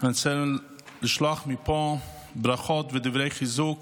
אני רוצה לשלוח מפה ברכות ודברי חיזוק